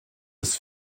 des